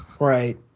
Right